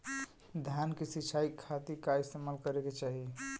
धान के सिंचाई खाती का इस्तेमाल करे के चाही?